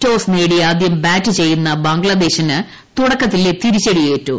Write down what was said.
toss നേടി ആദ്യം bat ചെയ്യുന്ന ബംഗ്ലാദേശിന് തുടക്കത്തിലെ തിരിച്ചടി ഏറ്റു